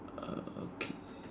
uh okay